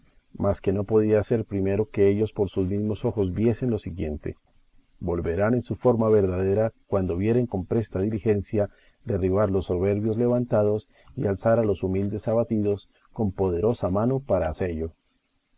mas que no podía ser primero que ellos por sus mismos ojos viesen lo siguiente volverán en su forma verdadera cuando vieren con presta diligencia derribar los soberbios levantados y alzar a los humildes abatidos con poderosa mano para hacello